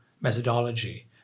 methodology